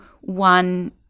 one